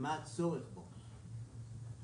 מה הצורך בו.